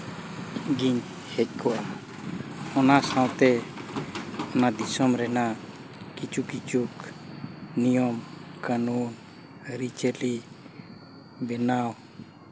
ᱜᱤᱧ ᱦᱮᱡ ᱠᱚᱜᱼᱟ ᱚᱱᱟ ᱥᱟᱶᱛᱮ ᱚᱱᱟ ᱫᱤᱥᱚᱢ ᱨᱮᱱᱟᱜ ᱤᱪᱷᱩ ᱠᱤᱪᱷᱩ ᱱᱤᱭᱚᱢ ᱠᱟᱹᱱᱩᱱ ᱟᱹᱨᱤᱼᱪᱟᱹᱞᱤ ᱵᱮᱱᱟᱣ